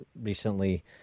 recently